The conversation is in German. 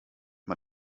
man